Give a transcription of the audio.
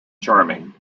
charming